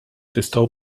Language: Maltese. tistgħu